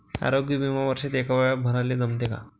आरोग्य बिमा वर्षात एकवेळा भराले जमते का?